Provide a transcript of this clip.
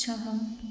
छह